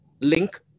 link